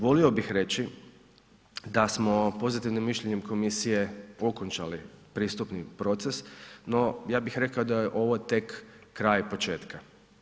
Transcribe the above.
Volio bih reći da smo pozitivnim mišljenjem komisije okončali pristupni proces, no ja bih rekao da je ovo tek kraj početka.